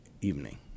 evening